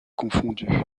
confondu